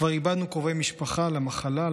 כבר איבדנו קרובי משפחה למחלה,